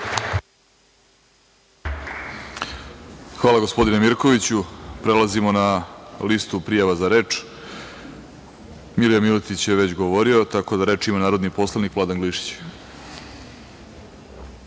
Hvala gospodine Mirkoviću. Prelazimo na listu prijava za reč. Milija Miletić je već govorio, tako da reč ima narodni poslanik Vladan Glišić.